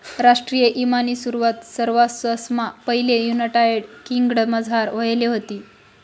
राष्ट्रीय ईमानी सुरवात सरवाससममा पैले युनायटेड किंगडमझार व्हयेल व्हती